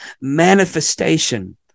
manifestation